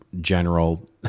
general